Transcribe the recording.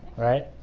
right.